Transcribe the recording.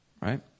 Right